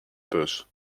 bus